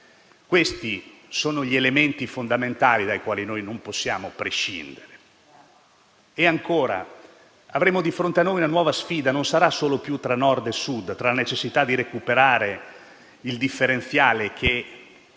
Questi sono gli elementi fondamentali dai quali noi non possiamo prescindere. Ancora, avremo di fronte a noi una nuova sfida, che non sarà più solo tra Nord e Sud e necessità di recuperare il differenziale, che